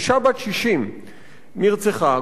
אשה בת 60. נרצחה,